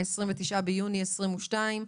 ה-29 ביוני 2022,